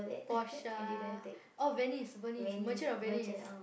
Portia oh Venice Venice Merchant-of-Venice